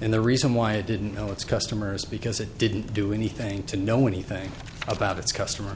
and the reason why it didn't know its customers because it didn't do anything to know anything about its customer